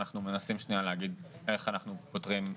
אנחנו מנסים שנייה להגיד איך אנחנו פותרים את זה.